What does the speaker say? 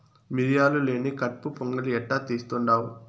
మిరియాలు లేని కట్పు పొంగలి ఎట్టా తీస్తుండావ్